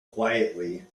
quietly